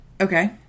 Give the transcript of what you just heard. Okay